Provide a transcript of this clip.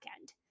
end